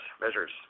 measures